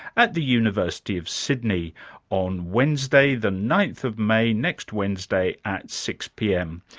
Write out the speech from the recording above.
at the university of sydney on wednesday the ninth of may, next wednesday, at six pm.